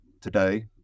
today